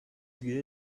get